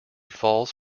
falls